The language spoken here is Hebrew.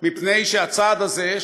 מפני שהצעד הזה,